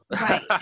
Right